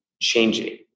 changing